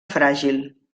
fràgil